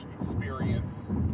experience